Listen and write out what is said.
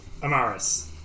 Amaris